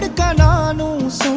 ah god ah knows,